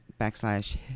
backslash